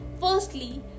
Firstly